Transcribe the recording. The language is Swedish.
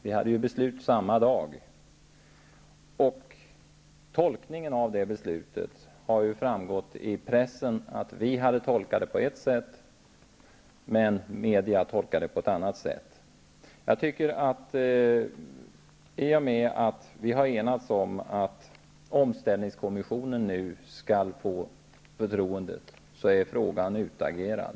I pressen framstod det som att vi hade tolkat beslutet på ett sätt och massmedia på ett annat. I och med att vi har enats om att omställningskommissionen nu skall få förtroendet i denna fråga, är den utagerad.